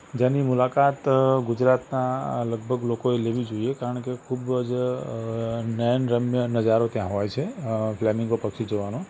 જેની મુલાકાત ગુજરાતના લગભગ લોકોએ લેવી જોઈએ કારણ કે ખૂબ જ નયનરમ્ય નજારો ત્યાં હોય છે ફ્લૅમિન્ગો પક્ષી જોવાનો